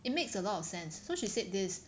it makes a lot of sense so she said this